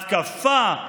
התקפה,